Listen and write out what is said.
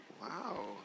Wow